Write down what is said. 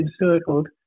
encircled